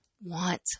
want